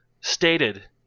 stated